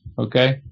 Okay